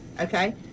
Okay